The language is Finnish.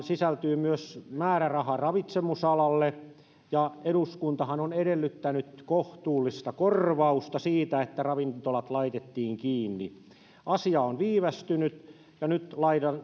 sisältyy myös määräraha ravitsemusalalle ja eduskuntahan on edellyttänyt kohtuullista korvausta siitä että ravintolat laitettiin kiinni asia on viivästynyt ja nyt